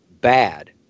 bad